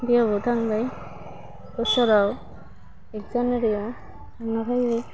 बेयावबो थांबाय बोसोराव एक जानुवारियाव थांनाफैयो